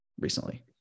recently